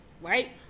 right